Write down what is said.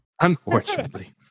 Unfortunately